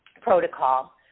protocol